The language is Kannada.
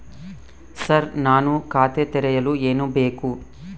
ಸರ್ ನಾನು ಖಾತೆ ತೆರೆಯಲು ಏನು ಬೇಕು?